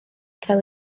cael